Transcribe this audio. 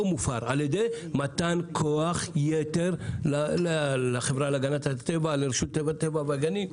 מופר על ידי מתן כוח-יתר לחברה להגנת הטבע ולרשות הטבע והגנים.